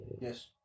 Yes